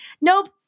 nope